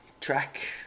track